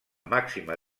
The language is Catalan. màxima